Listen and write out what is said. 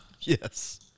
Yes